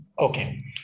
Okay